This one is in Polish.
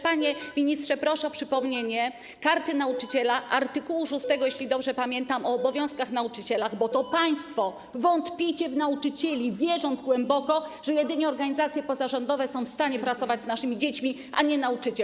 Panie ministrze, proszę o przypomnienie art. 6 Karty Nauczyciela, jeśli dobrze pamiętam, o obowiązkach nauczyciela, bo to państwo wątpicie w nauczycieli, wierząc głęboko, że jedynie organizacje pozarządowe są w stanie pracować z naszymi dziećmi, a nie nauczyciel.